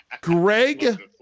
Greg